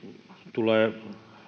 tulee